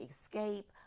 escape